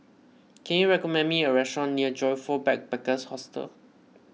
can you recommend me a restaurant near Joyfor Backpackers' Hostel